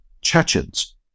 Chechens